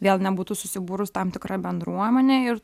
vėl nebūtų susibūrus tam tikra bendruomenė ir